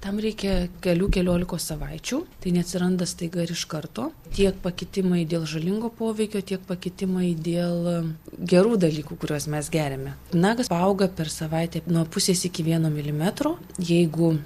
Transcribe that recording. tam reikia kelių keliolikos savaičių tai neatsiranda staiga ir iš karto tiek pakitimai dėl žalingo poveikio tiek pakitimai dėl gerų dalykų kuriuos mes geriame nagas paauga per savaitę nuo pusės iki vieno milimetro jeigu